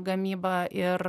gamyba ir